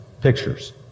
pictures